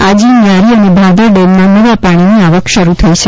આજી ન્યારી અને ભાદર ડેમમાં નવા પાણીની આવક થઇ છે